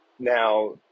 now